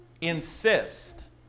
insist